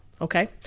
Okay